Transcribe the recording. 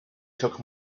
took